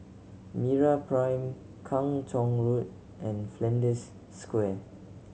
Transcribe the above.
MeraPrime Kung Chong Road and Flanders Square